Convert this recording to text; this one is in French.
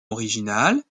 originale